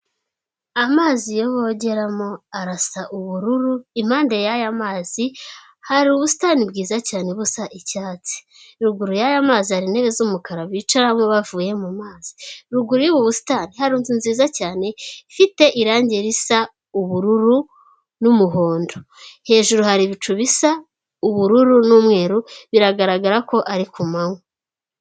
Amazi yo bogeramo arasa ubururu impande y'aya mazi hari ubusitani bwiza cyane busa icyatsi, ruguru y'aya mazi hari intebe z'umukar bicaramo bavuye mu mazi, ruguru y'ubu busitani hari inzu nziza cyane ifite irange risa ubururu n'umuhondo, hejuru hari ibicu bisa ubururu n'umweru biragaragara ko ari ku manywa.